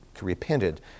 repented